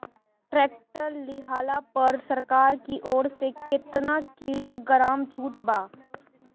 Tractor लिहला पर सरकार की ओर से केतना किलोग्राम छूट बा?